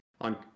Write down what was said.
on